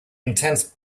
intense